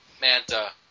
Manta